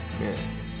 Yes